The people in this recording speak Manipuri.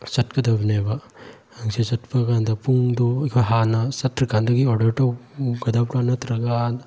ꯆꯠꯀꯗꯕꯅꯦꯕ ꯍꯪꯆꯤꯠ ꯆꯠꯄ ꯀꯥꯟꯗ ꯄꯨꯡꯗꯣ ꯑꯩꯈꯣꯏ ꯍꯥꯟꯅ ꯆꯠꯇ꯭ꯔꯤ ꯀꯥꯟꯗꯒꯤ ꯑꯣꯔꯗꯔ ꯇꯧꯒꯗꯕ꯭ꯔ ꯅꯠꯇꯔꯒ